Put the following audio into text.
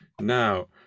Now